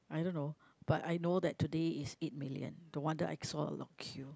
I don't know but I know that today is eight million no wonder I saw a long queue